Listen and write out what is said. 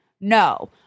No